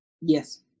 Yes